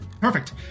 Perfect